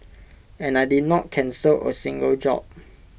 and I did not cancel A single job